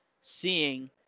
seeing